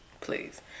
Please